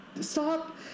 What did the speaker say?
Stop